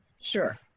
Sure